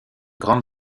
grande